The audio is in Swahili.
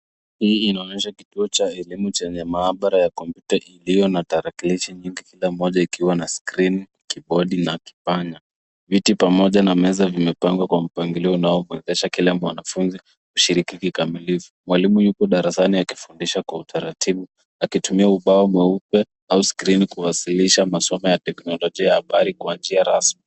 Hii inaonyesha kituo cha elimu chenye maabara ya kompyuta iliyo na tarakilishi nyingi kila moja ikiwa na skrini, kibodi na kipanya. Viti pamoja na meza vimepangwa kwa mpangilio unaomwezesha kila mwanafunzi kushiriki kikamilifu. Mwalimu yuko darasani akifundisha kwa utaratibu, akitumia ubao mweupe au skrini kuwasilisha masomo ya teknolojia ya habari kwa njia rasmi.